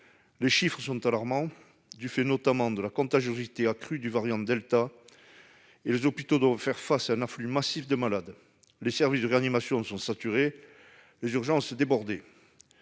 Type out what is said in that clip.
Les chiffres sont alarmants, du fait notamment de la contagiosité accrue du variant delta. Les hôpitaux doivent faire face à un afflux massif de malades : les services de réanimation sont saturés, les urgences débordées